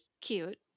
cute